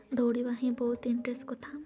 ଦୌଡ଼ିବା ହିଁ ବହୁତ ଇଣ୍ଟରେଷ୍ଟ୍ କଥା